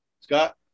Scott